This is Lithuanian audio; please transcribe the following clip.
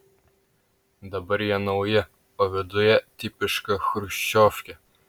dabar jie nauji o viduje tipiška chruščiovkė